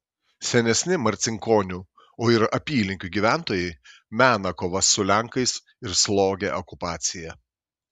senesni marcinkonių o ir apylinkių gyventojai mena kovas su lenkais ir slogią okupaciją